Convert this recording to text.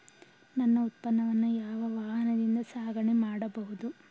ನನ್ನ ಉತ್ಪನ್ನವನ್ನು ಯಾವ ವಾಹನದಿಂದ ಸಾಗಣೆ ಮಾಡಬಹುದು?